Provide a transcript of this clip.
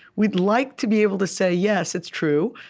we'd like to be able to say, yes, it's true.